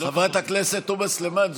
חברת הכנסת תומא סלימאן,